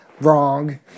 Wrong